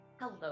Hello